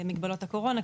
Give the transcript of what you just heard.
למגבלות הקורונה,